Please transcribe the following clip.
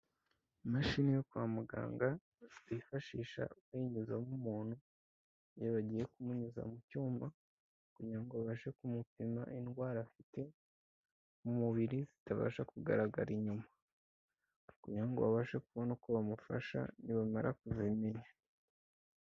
Imashini yo kwa muganga, bifashisha bayinyuzamo umuntu iyo bagiye kumunyuza mu cyuma kugira ngo babashe kumupima indwara afite mu mubiri zitabasha kugaragara inyuma kugira ngo babashe kubona uko bamufasha nibamara kuzimenya.